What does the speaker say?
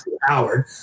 Howard